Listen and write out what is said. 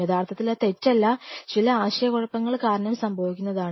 യഥാർത്ഥത്തിൽ അത് തെറ്റല്ല ചില ആശയക്കുഴപ്പങ്ങൾ കാരണം സംഭവിക്കുന്നതാണ്